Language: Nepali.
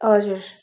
हजुर